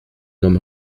homme